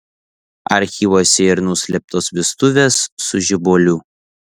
archyvuose ir nuslėptos vestuvės su žebuoliu